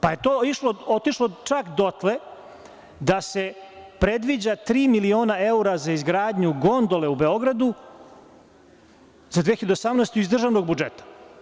Pa, je to otišlo čak dotle, da se predviđa tri miliona eura za izgradnju gondole u Beogradu za 2018. godinu iz državnog budžeta.